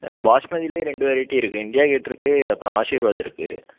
பாசுமதிலேயே ரெண்டு வெரைட்டி இருக்கு India Gate இருக்கு அப்புறம் ஆஷிர்வாத் இருக்கு